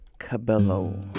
Cabello